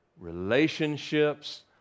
relationships